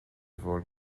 bhur